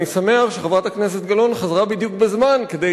אני שמח שחברת הכנסת גלאון חזרה בדיוק בזמן כדי